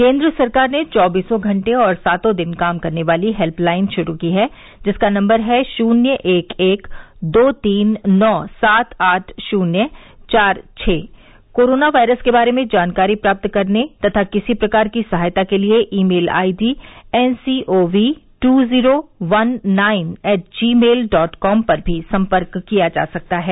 केन्द्र सरकार ने चौबीसों घंटे और सातों दिन काम करने वाली हेल्यलाइन शुरू की है जिसका नंबर है शून्य एक एक दो तीन नौ सात आठ शुन्य चार छः कोरोना वायरस के बारे में जानकारी प्राप्त करने तथा किसी प्रकार की सहायता के लिए email ID N C O V two zero one nine eight Gmail dot com पर भी संपर्क किया जा सकता है